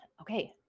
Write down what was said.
Okay